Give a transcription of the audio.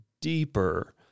deeper